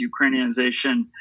Ukrainianization